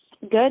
Good